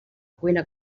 cuina